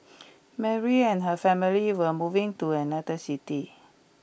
Mary and her family were moving to another city